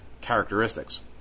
characteristics